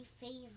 favorite